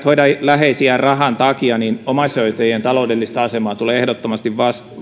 hoida läheisiään rahan takia niin omaishoitajien taloudellista asemaa tulee ehdottomasti